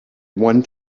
one